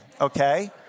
Okay